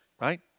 right